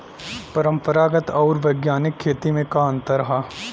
परंपरागत आऊर वैज्ञानिक खेती में का अंतर ह?